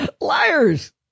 Liars